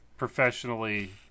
professionally